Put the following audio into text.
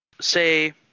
Say